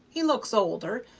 he looks older,